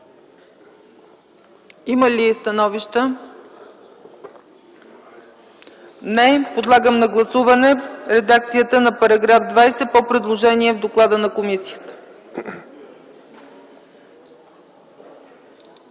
Има ли становища? Не. Подлагам на гласуване редакцията на § 20 по предложение в доклада на комисията.